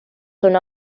son